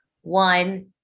one